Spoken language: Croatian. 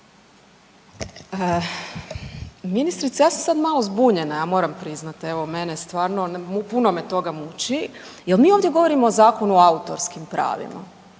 Ministrice ja sam sad malo zbunjena, ja moram priznati. Evo mene stvarno, puno me toga muči. Jel' mi ovdje govorimo o Zakonu o autorskim pravima?